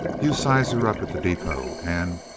you size her up at the depot, and,